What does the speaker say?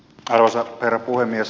arvoisa herra puhemies